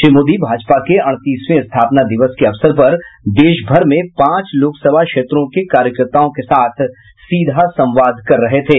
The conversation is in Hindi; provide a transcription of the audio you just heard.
श्री मोदी भाजपा के अड़तीसवें स्थापना दिवस के अवसर पर देशभर में पांच लोकसभा क्षेत्रों के कार्यकर्ताओं के साथ सीधा संवाद कर रहे थे